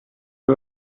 you